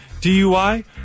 DUI